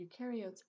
eukaryotes